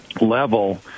level